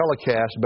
telecast